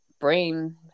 brain